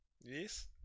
Yes